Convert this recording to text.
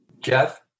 Jeff